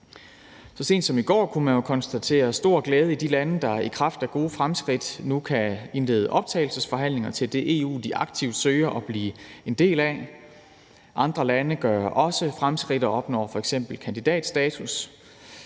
Så sent som i går kunne man jo konstatere stor glæde i de lande, der i kraft af gode fremskridt nu kan indlede optagelsesforhandlinger i forhold til det EU, de aktivt søger at blive en del af. Andre lande gør også fremskridt og opnår f.eks. kandidatstatus.